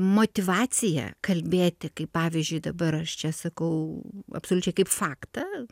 motyvacija kalbėti kaip pavyzdžiui dabar aš čia sakau absoliučiai kaip faktą